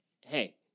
hey